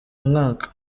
mwaka